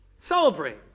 celebrate